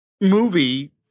movie